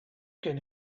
can